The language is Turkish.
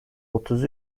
otuz